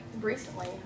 recently